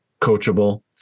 coachable